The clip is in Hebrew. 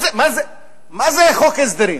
מה זה חוק הסדרים?